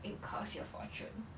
it cost you a fortune